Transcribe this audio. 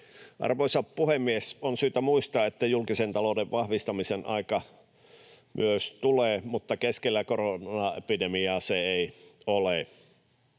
Arvoisa puhemies! On syytä muistaa, että myös julkisen talouden vahvistamisen aika tulee, mutta keskellä koronaepidemiaa se ei ole.